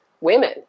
women